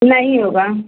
नहीं होगा